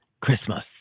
Christmas